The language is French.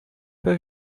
pas